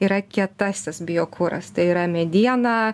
yra kietasis biokuras tai yra mediena